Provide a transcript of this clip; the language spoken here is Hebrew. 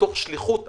מתוך שליחות אמתית.